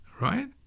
right